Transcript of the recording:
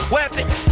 Weapons